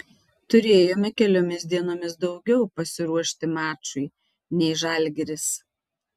turėjome keliomis dienomis daugiau pasiruošti mačui nei žalgiris